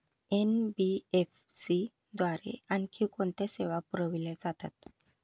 NBFC द्वारे आणखी कोणत्या सेवा पुरविल्या जातात?